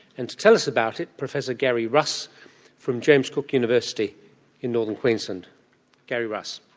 and to tell us about it professor garry russ from james cook university in northern queensland garry russ.